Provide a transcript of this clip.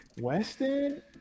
Weston